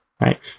right